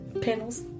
panels